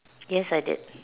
yes I did